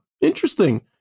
interesting